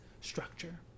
structure